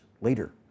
later